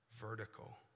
vertical